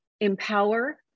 empower